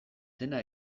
dena